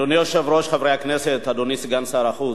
אדוני היושב-ראש, חברי הכנסת, אדוני סגן שר החוץ,